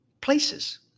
places